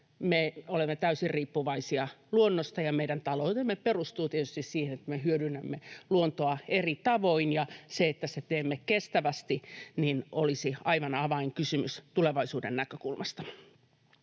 me olemme täysin riippuvaisia luonnosta ja meidän taloutemme perustuu tietysti siihen, että me hyödynnämme luontoa eri tavoin. Se, että sen teemme kestävästi, olisi aivan avainkysymys tulevaisuuden näkökulmasta.